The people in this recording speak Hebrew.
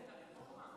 מיכאל, אתה נגד הרפורמה?